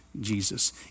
Jesus